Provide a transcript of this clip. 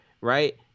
right